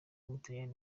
w’umutaliyani